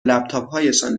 لپتاپهایشان